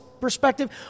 perspective